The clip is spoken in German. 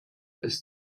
ist